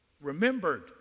remembered